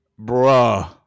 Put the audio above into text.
Bruh